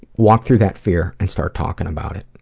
walk through that fear and start talking about it.